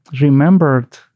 remembered